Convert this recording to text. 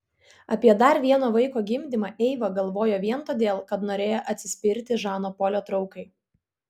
apie dar vieno vaiko gimdymą eiva galvojo vien todėl kad norėjo atsispirti žano polio traukai